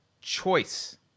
choice